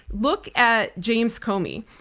look at james comey.